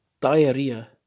diarrhea